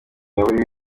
yaburiwe